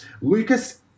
Lucas